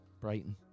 Brighton